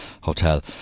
hotel